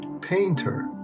painter